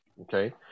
Okay